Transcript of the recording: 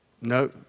No